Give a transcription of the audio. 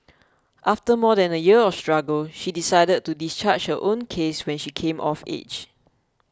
after more than a year of struggle she decided to discharge her own case when she came of age